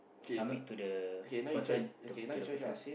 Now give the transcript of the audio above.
summit to the person to to the person